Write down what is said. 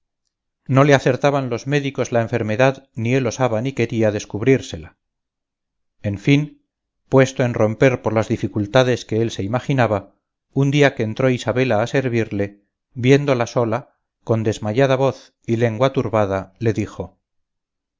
no le acertaban los médicos la enfermedad ni él osaba ni quería descubrírsela en fin puesto en romper por las dificultades que él se imaginaba un día que entró isabela a servirle viéndola sola con desmayada voz y lengua turbada le dijo